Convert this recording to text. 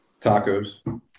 tacos